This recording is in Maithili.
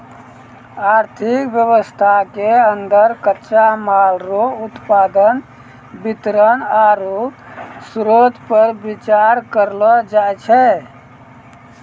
आर्थिक वेवस्था के अन्दर कच्चा माल रो उत्पादन वितरण आरु श्रोतपर बिचार करलो जाय छै